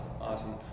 awesome